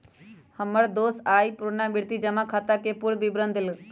हमर दोस आइ पुरनावृति जमा खताके पूरे विवरण देलक